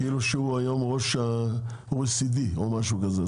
שהוא היום ראש ה-OECD או משהו כזה.